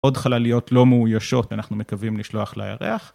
עוד חלליות לא מאוישות שאנחנו מקווים לשלוח לירח.